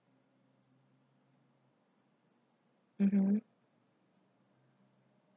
mmhmm